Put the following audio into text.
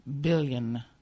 billion